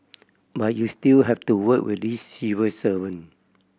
but you still have to work with these civil servant